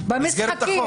במסגרת החוק